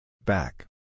Back